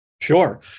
Sure